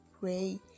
pray